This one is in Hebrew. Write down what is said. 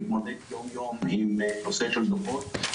שמתמודד יום-יום עם נושא של דוחות,